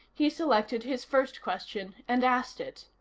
he selected his first question, and asked it.